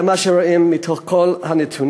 זה מה שרואים מכל הנתונים.